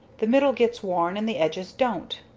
the middle gets worn and the edges don't.